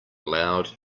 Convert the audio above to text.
loud